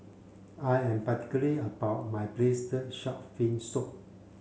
I am particular about my braised shark fin soup